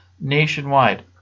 nationwide